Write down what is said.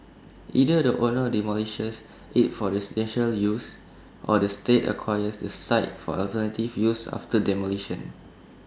either the owner demolishes IT for residential use or the state acquires the site for alternative use after demolition